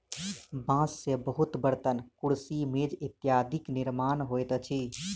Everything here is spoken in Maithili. बांस से बहुत बर्तन, कुर्सी, मेज इत्यादिक निर्माण होइत अछि